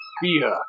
fear